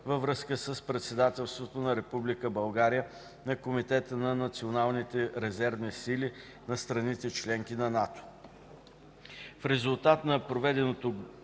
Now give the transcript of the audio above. във връзка с председателството на Република България на Комитета на националните резервни сили на страните – членки на НАТО.